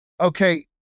okay